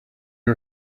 you